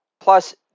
Plus